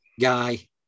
guy